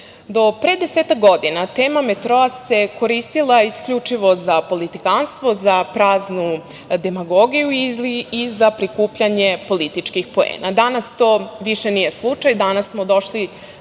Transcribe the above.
do pre desetak godina na temu metroa se koristila isključivo za politikanstvo, za praznu demagogiju i za prikupljanje političkih poena. Danas to više nije slučaj. Danas smo došli